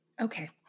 Okay